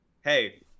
Hey